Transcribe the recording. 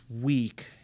week